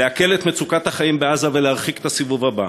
להקל את מצוקת החיים בעזה ולהרחיק את הסיבוב הבא.